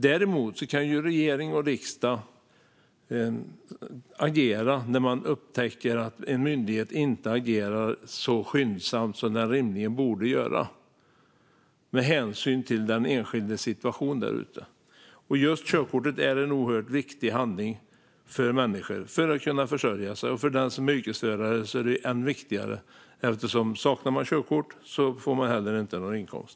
Däremot kan regering och riksdag agera när man upptäcker att en myndighet inte agerar så skyndsamt som den rimligen borde göra med hänsyn till den enskildes situation. Just körkortet är en oerhört viktig handling för människor. Det handlar om att kunna försörja sig. För den som är yrkesförare är körkortet än viktigare eftersom man inte får någon inkomst om man saknar körkort.